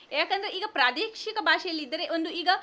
ಯಾಕೆಂದರೆ ಈಗ ಪ್ರಾದೇಶಿಕ ಭಾಷೆಯಲ್ಲಿದ್ದರೆ ಒಂದು ಈಗ